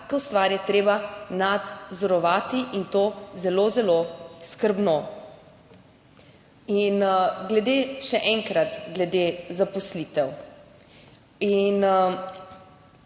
Vsako stvar je treba nadzorovati in to zelo, zelo skrbno. In glede, še enkrat, glede zaposlitev in